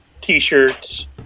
t-shirts